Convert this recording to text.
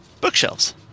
Bookshelves